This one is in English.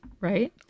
Right